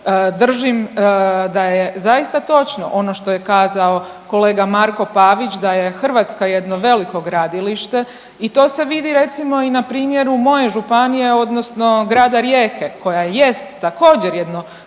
Držim da je zaista točno ono što je kazao kolega Marko Pavić da je Hrvatska jedno veliko gradilište i to se vidi recimo i na primjeru moje županije odnosno Grada Rijeke koja jest također jedno